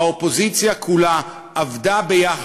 האופוזיציה כולה עבדה יחד,